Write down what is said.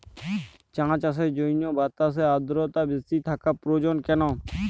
চা চাষের জন্য বাতাসে আর্দ্রতা বেশি থাকা প্রয়োজন কেন?